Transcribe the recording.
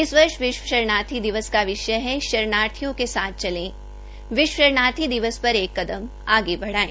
इस वर्ष विश्व शरणार्थी दिवस का विषय है शरणार्थियों के साथ चले विश्व शरणार्थी दिवस पर एक कदम बढ़ाये